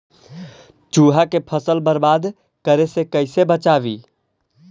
चुहा के फसल बर्बाद करे से कैसे बचाबी?